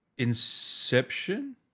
inception